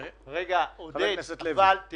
כרגע, בשלב א', אנחנו נותנים לשלושה חודשים.